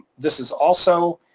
this is also,